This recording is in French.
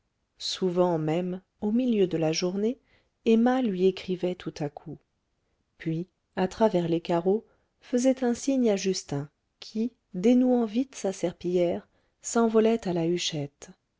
souvent même au milieu de la journée emma lui écrivait tout à coup puis à travers les carreaux faisait un signe à justin qui dénouant vite sa serpillière s'envolait à la huchette